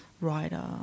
writer